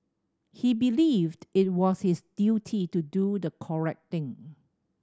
he believed it was his duty to do the correct thing